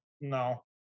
no